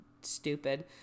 stupid